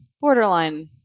borderline